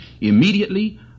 immediately